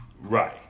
Right